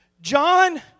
John